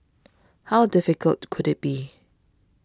how difficult could it be